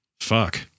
Fuck